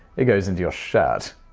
it goes into your shirt.